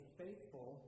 faithful